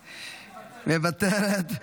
מוותרת.